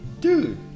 dude